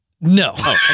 No